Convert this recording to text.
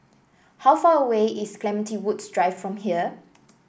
how far away is Clementi Woods Drive from here